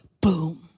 boom